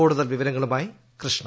കൂടുതൽ വിവരങ്ങളുമായി കൃഷ്ണ